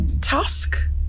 task